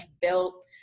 built